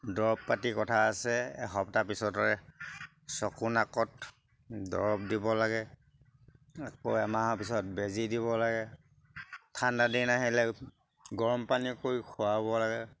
দৰৱ পাতি কথা আছে এসপ্তাহ পিছতে চকু নাকত দৰৱ দিব লাগে আকৌ এমাহৰ পিছত বেজী দিব লাগে ঠাণ্ডািদিন আহিলে গৰমপানী কৰি খুৱাব লাগে